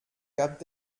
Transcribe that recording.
gab